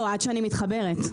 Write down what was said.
עד שמתחברת.